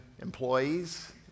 employees